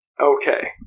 Okay